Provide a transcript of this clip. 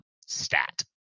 stat